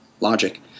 logic